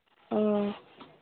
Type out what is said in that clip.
ꯑꯥ